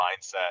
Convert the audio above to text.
mindset